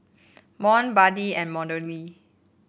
Mont Buddy and Melodee